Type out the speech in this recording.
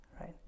right